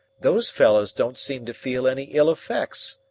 those fellows don't seem to feel any ill effects,